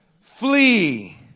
Flee